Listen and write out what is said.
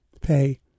pay